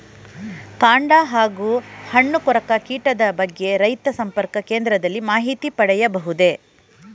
ಕಾಂಡ ಹಾಗೂ ಹಣ್ಣು ಕೊರಕ ಕೀಟದ ಬಗ್ಗೆ ರೈತ ಸಂಪರ್ಕ ಕೇಂದ್ರದಲ್ಲಿ ಮಾಹಿತಿ ಪಡೆಯಬಹುದೇ?